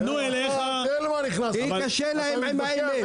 פנו אליך -- הי קשה לה עם האמת,